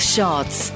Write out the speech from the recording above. Shots